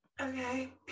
Okay